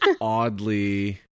oddly